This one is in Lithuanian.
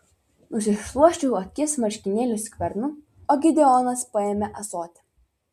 nusišluosčiau akis marškinėlių skvernu o gideonas paėmė ąsotį